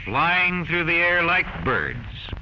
flying through the air like birds